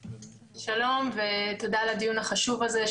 שלום ותודה על הדיון החשוב הזה.